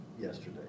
yesterday